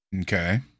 Okay